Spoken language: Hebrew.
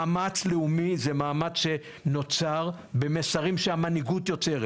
מאמץ לאומי זה מאמץ שנוצר במסרים שהמנהיגות יוצרת